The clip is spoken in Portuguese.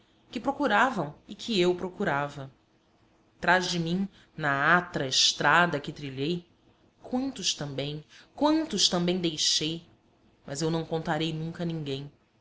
que procuravam e que eu procurava trás de mim na atra estrada que trilhei quantos também quantos também deixei mas eu não contarei nunca a ninguém